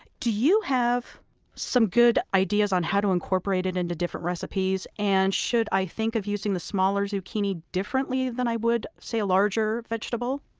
do you have some good ideas on how to incorporate it into different recipes, and should i think of using the smaller zucchini differently than i would, say, a larger